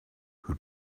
who